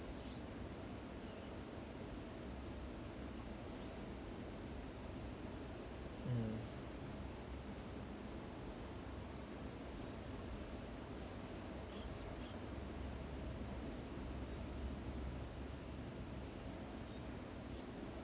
mm